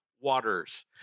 waters